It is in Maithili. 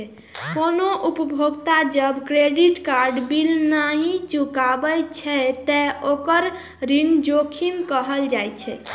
कोनो उपभोक्ता जब क्रेडिट कार्ड बिल नहि चुकाबै छै, ते ओकरा ऋण जोखिम कहल जाइ छै